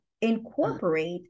incorporate